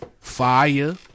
Fire